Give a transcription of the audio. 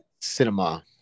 cinema